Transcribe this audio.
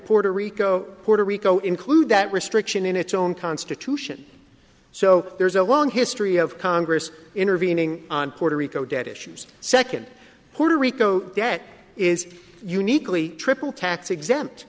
puerto rico puerto rico include that restriction in its own constitution so there's a long history of congress intervening on puerto rico debt issues second puerto rico debt is uniquely triple tax exempt